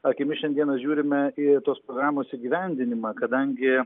akimis šiandieną žiūrime į tos programos įgyvendinimą kadangi